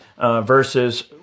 versus